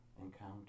encounter